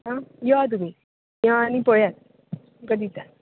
आं येया तुमी येया आनी पळयात तुमका दिता